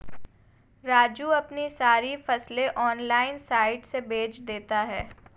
राजू अपनी सारी फसलें ऑनलाइन साइट से बेंच देता हैं